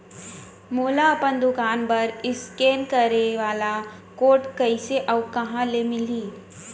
मोला अपन दुकान बर इसकेन करे वाले कोड कइसे अऊ कहाँ ले मिलही?